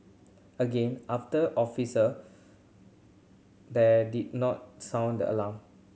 again after officer there did not sound the alarm